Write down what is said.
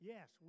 Yes